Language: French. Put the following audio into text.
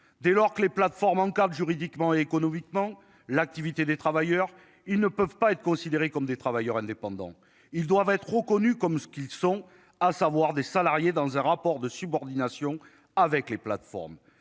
dès lors que les plateformes encadre juridiquement et économiquement l'activité des travailleurs, ils ne peuvent pas être considérés comme des travailleurs indépendants, ils doivent être reconnus comme ce qu'ils sont à savoir des salariés dans un rapport de subordination avec les plateformes